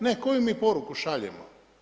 Ne, koju mi poruku šaljemo?